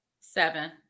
Seven